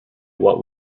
what